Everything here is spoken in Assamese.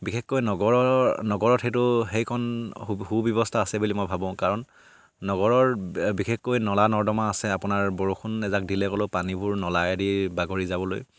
বিশেষকৈ নগৰৰ নগৰত সেইটো সেইখন সু সু ব্যৱস্থা আছে বুলি মই ভাবোঁ কাৰণ নগৰৰ বিশেষকৈ নলা নৰ্দমা আছে আপোনাৰ বৰষুণ এজাক দিলে ক'লেও পানীবোৰ নলাইদি বাগৰি যাবলৈ